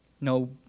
No